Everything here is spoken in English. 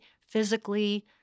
physically